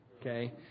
Okay